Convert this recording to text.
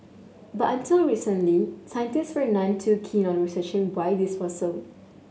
but until recently scientists were none too keen on researching why this was so